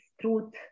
truth